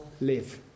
live